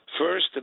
First